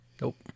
nope